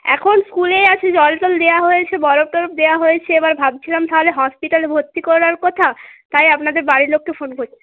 এখন স্কুলেই আছে জল টল দেওয়া হয়েছে বরফ টরফ দেওয়া হয়েছে এবার ভাবছিলাম তাহলে হসপিটালে ভর্তি করার কথা তাই আপনাদের বাড়ির লোককে ফোন